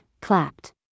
clapped